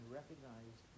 recognize